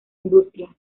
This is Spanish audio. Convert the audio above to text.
industria